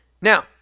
now